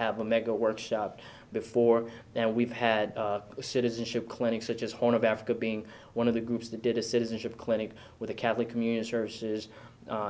have a mega workshop before now we've had citizenship clinics such as horn of africa being one of the groups that did a citizenship clinic with a catholic community services